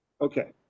Okay